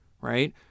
right